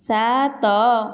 ସାତ